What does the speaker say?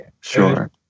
Sure